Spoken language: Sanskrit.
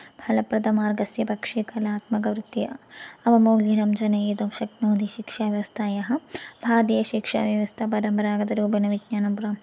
फलप्रतमार्गस्य पक्षे कलात्मकवृत्या अवमूल्यनं जनयितुं शक्नोति शिक्षाव्यवस्थायाः भारतीयशिक्षा व्यवस्था परम्परागतरूपेण विज्ञानं प्रां